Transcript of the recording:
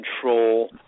control